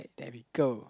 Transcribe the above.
there we go